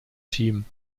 team